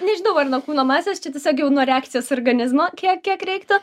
nežinau ar nuo kūno masės čia tiesiog jau nuo reakcijos organizmo kiek kiek reiktų